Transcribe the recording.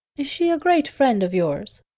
is she a great friend of yours?